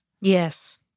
Yes